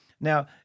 Now